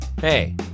hey